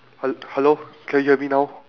he~ hello can you hear me now